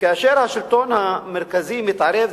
וכאשר השלטון המרכזי מתערב,